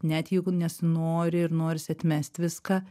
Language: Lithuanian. net jeigu nesinori ir norisi atmest viską